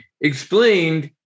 explained